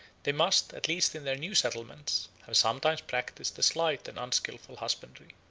they must, at least in their new settlements, have sometimes practised a slight and unskilful husbandry.